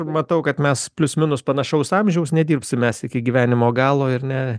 matau kad mes plius minus panašaus amžiaus nedirbsim mes iki gyvenimo galo ir ne